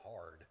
hard